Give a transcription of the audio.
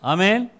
Amen